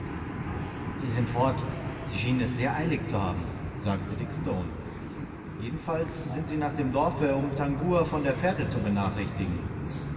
sie sind fort sie schienen es sehr eilig zu haben sagte dick stone jedenfalls sind sie nach dem dorfe um tangua von der fährte zu benachrichtigen